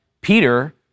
Peter